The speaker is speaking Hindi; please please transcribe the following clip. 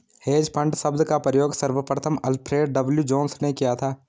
हेज फंड शब्द का प्रयोग सर्वप्रथम अल्फ्रेड डब्ल्यू जोंस ने किया था